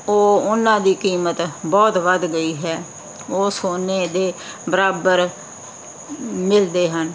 ਉਹ ਉਹਨਾਂ ਦੀ ਕੀਮਤ ਬਹੁਤ ਵੱਧ ਗਈ ਹੈ ਉਹ ਸੋਨੇ ਦੇ ਬਰਾਬਰ ਮਿਲਦੇ ਹਨ